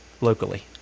locally